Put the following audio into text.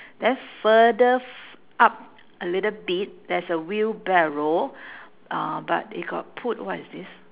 then further f~ up a little bit there's a wheelbarrow uh but it got put what is this